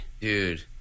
Dude